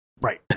Right